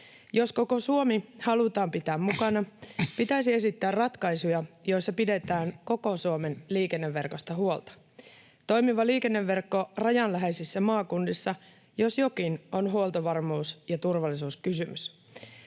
Jos koko Suomi halutaan pitää mukana, pitäisi esittää ratkaisuja, joissa pidetään koko Suomen liikenneverkosta huolta. Toimiva liikenneverkko rajan läheisissä maakunnissa jos jokin on huoltovarmuus- ja turvallisuuskysymys.